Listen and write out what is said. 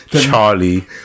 Charlie